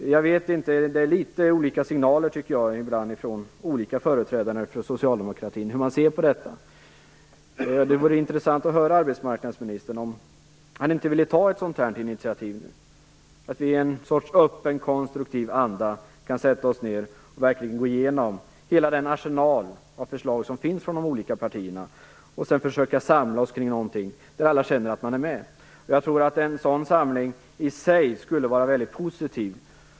Jag tycker att det ges litet olika signaler från olika företrädare inom socialdemokratin när det gäller hur man ser på detta. Det vore intressant att höra om arbetsmarknadsministern inte skulle vilja ta ett sådant här initiativ, så att vi i ett slags öppen konstruktiv anda verkligen kan gå igenom hela den arsenal av förslag som finns från de olika partierna och sedan försöka samla oss kring någonting som alla känner sig delaktiga i. Jag tror att en sådan samling i sig skulle vara mycket positiv.